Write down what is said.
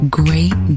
great